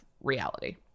reality